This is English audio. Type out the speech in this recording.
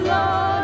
Lord